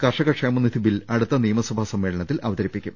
കർഷക ക്ഷേമനിധി ബിൽ അടുത്ത നിയമസഭാ സമ്മേളനത്തിൽ അവതരിപ്പിക്കും